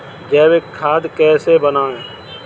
जैविक खाद कैसे बनाएँ?